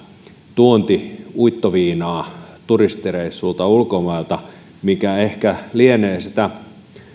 tuontiuittoviinaa turistireissuilta ulkomailta mikä ehkä lienee sitä